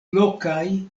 lokaj